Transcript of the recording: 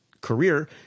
career